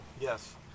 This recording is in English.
Yes